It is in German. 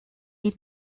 ihn